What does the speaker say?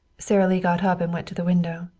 sara lee got up and went to the window.